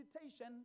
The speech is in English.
meditation